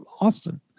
Austin